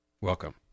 welcome